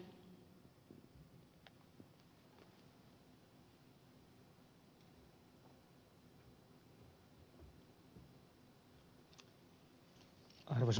arvoisa puhemies